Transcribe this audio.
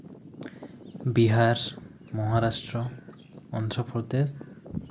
Bihar Maharashtra Andhra Pradesh